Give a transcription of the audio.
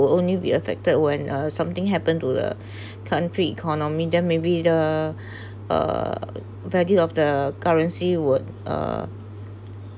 will only be affected when uh something happen to the country economy then maybe the uh value of the currency would uh